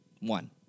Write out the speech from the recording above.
One